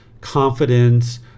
confidence